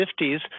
50s